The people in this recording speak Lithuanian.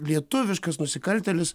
lietuviškas nusikaltėlis